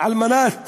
על מנת